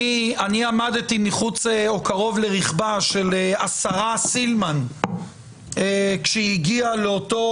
עמדתי קרוב לרכבה של השרה סילמן כשהיא הגיעה לאותו